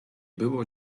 było